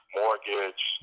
mortgage